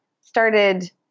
started